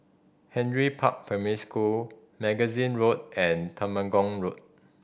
Henry Park Primary School Magazine Road and Temenggong Road